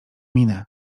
minę